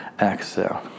exhale